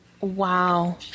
Wow